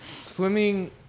Swimming